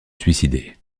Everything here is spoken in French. suicider